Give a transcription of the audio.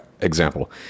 example